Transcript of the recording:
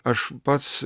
aš pats